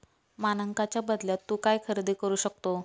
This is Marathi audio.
मानकांच्या बदल्यात तू काय खरेदी करू शकतो?